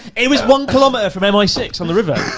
it was one kilometer from m i six on the river.